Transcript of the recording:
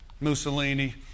Mussolini